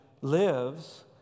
lives